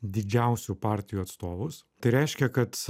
didžiausių partijų atstovus tai reiškia kad